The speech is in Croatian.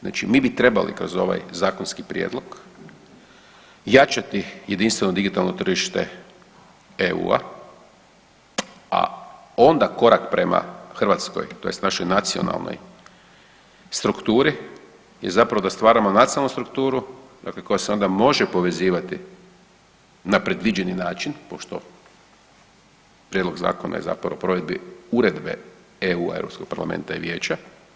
Znači mi trebali kroz ovaj zakonski prijedlog jačati jedinstveno digitalno tržište EU, a onda korak prema hrvatskoj tj. našoj nacionalnoj strukturi je zapravo da stvaramo nacionalnu strukturu dakle koja se onda može povezivati na predviđeni način pošto prijedlog zakona je zapravo o provedbi uredbe EU Europskog parlamenta i vijeća.